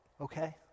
okay